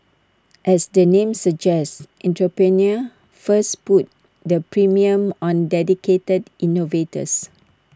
as the name suggests Entrepreneur First puts the premium on dedicated innovators